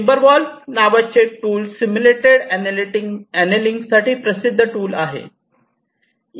TimberWolf नावाचे tool simulated annealing साठी प्रसिद्ध टूल आहे